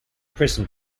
prison